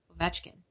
Ovechkin